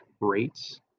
rates